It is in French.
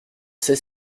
sait